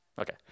Okay